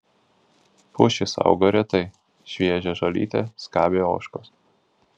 pušys augo retai šviežią žolytę skabė ožkos